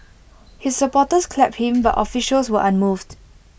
his supporters clapped him but officials were unmoved